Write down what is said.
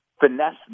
finesse